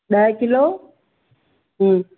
ॾह किलो हूं